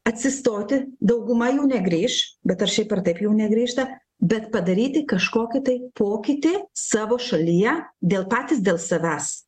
atsistoti dauguma jų negrįš bet ar šiaip ar taip jau negrįžta bet padaryti kažkokį tai pokytį savo šalyje dėl patys dėl savęs